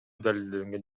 далилденген